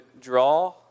draw